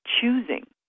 choosing